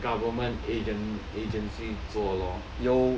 government agen~ agency 做咯有